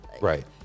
Right